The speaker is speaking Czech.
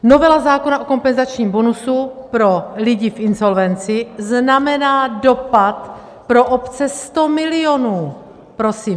Novela zákona o kompenzačním bonusu pro lidi v insolvenci znamená dopad pro obce 100 milionů, prosím.